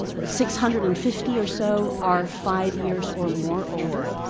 six hundred and fifty or so are five years or more older,